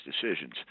decisions